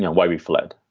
why we fled?